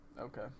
okay